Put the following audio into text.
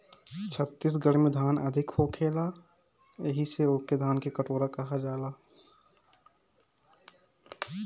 छत्तीसगढ़ में धान अधिका होखेला एही से ओके धान के कटोरा कहल जाला